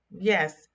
Yes